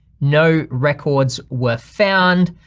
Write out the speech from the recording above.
no records were found.